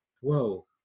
whoa